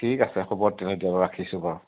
ঠিক আছে হ'ব তেতিয়াহ'লে দিয়ক ৰাখিছোঁ বাৰু